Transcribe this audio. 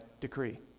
decree